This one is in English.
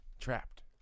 Trapped